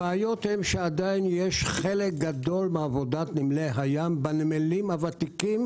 הבעיות הן שעדיין יש חלק גדול מאוד מעבודת נמלי הים בנמלים הוותיקים,